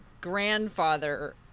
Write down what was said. grandfather